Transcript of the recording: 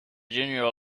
junior